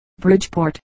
Bridgeport